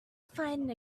find